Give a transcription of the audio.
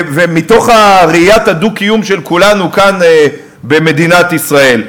ומתוך ראיית הדו-קיום של כולנו כאן במדינת ישראל?